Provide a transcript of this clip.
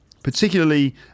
particularly